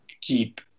keep